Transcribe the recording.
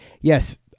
yes